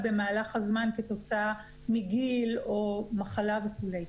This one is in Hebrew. במהלך הזמן כתוצאה מגיל או מחלה וכולי.